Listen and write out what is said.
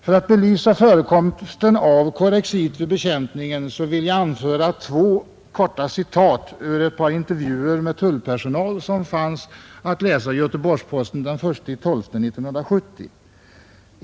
För att belysa förekomsten av Corexit vid bekämpningen vill jag anföra två korta citat ur ett par intervjuer med tullpersonal, vilka fanns att läsa i Göteborgs-Posten den 1 december 1970.